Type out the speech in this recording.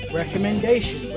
recommendation